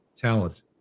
talent